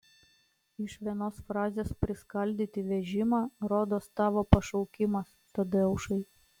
iš vienos frazės priskaldyti vežimą rodos tavo pašaukimas tadeušai